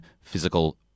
physical